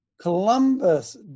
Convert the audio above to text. Columbus